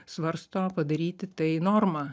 svarsto padaryti tai norma